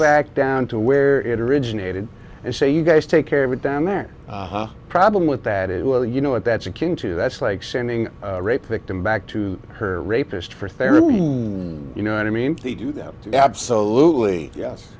back down to where it originated and say you guys take care of it down there problem with that is well you know what that's akin to that's like sending rape victim back to her rapist for therapy you know i mean they do that absolutely yes